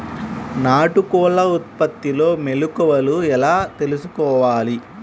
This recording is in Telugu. నాటుకోళ్ల ఉత్పత్తిలో మెలుకువలు ఎలా తెలుసుకోవాలి?